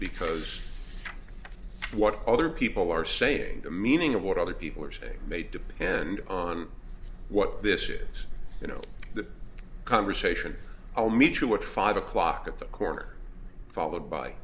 because what other people are saying the meaning of what other people are saying may depend on what this is you know the conversation i'll meet you at five o'clock at the corner followed by